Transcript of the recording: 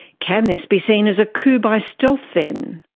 can this be seen as a coup by stealth then?